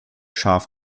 scharf